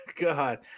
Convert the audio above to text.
God